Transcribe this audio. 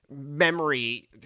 memory